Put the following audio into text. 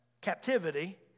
Captivity